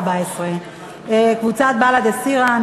עמוד 147א, קבוצת בל"ד הסירה.